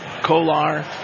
Kolar